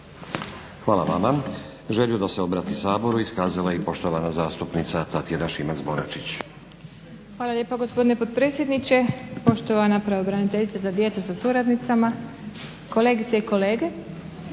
Hvala vama. Želju da se obrati Saboru iskazala je i poštovana zastupnica Tatjana Šimac-Bonačić. **Šimac Bonačić, Tatjana (SDP)** Hvala lijepa, gospodine potpredsjedniče. Poštovana pravobraniteljice za djecu sa suradnicama, kolegice i kolege.